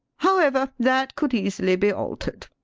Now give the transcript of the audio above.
however, that could easily be altered.